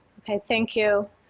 ok. thank you.